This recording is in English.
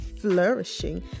flourishing